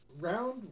round